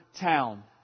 town